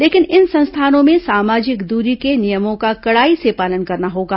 लेकिन इन संस्थानों में सामाजिक दूरी के नियमों का कड़ाई से पालन करना होगा